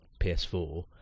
PS4